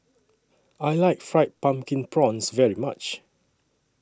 I like Fried Pumpkin Prawns very much